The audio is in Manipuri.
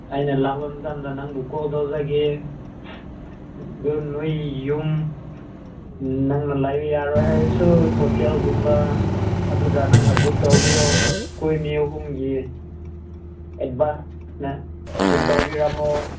ꯑꯩꯅ ꯂꯥꯛꯄ ꯃꯇꯝꯗ ꯅꯪꯕꯨ ꯀꯣꯜ ꯇꯧꯖꯒꯦ ꯑꯗꯨ ꯅꯣꯏ ꯌꯨꯝ ꯅꯪꯅ ꯂꯩꯕ ꯌꯥꯔꯣꯏ ꯍꯥꯏꯔꯁꯨ ꯍꯣꯇꯦꯜꯒꯨꯝꯕ ꯑꯗꯨꯗ ꯅꯪꯅ ꯕꯨꯛ ꯇꯧꯕꯤꯌꯣ ꯑꯩꯈꯣꯏ ꯃꯤ ꯑꯍꯨꯝꯒꯤ ꯑꯦꯠꯕꯥꯟꯁ ꯅꯪꯅ ꯕꯨꯛ ꯇꯧꯕꯤꯔꯝꯃꯣ